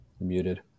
muted